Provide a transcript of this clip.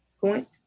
Point